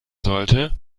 sollte